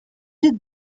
did